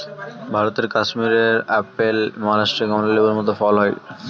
ভারতের কাশ্মীরে আপেল, মহারাষ্ট্রে কমলা লেবুর মত ফল হয়